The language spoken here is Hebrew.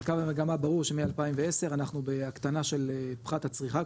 אבל קו המגמה ברור שמ-2010 אנחנו בהקטנה של פחת הצריכה,